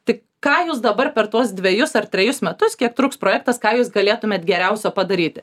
tai ką jūs dabar per tuos dvejus ar trejus metus kiek truks projektas ką jūs galėtumėt geriausio padaryti